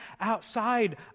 outside